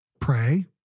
pray